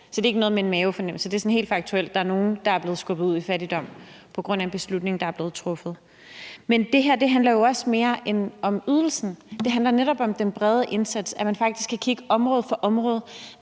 Så det er ikke noget med en mavefornemmelse. Det er sådan helt faktuelt. Der er nogen, der er blevet skubbet ud i fattigdom på grund af en beslutning, der er blevet truffet. Men det her handler jo også om mere end ydelsen. Det handler netop om den brede indsats og om, at man faktisk kan kigge område for område: